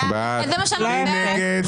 מי נגד?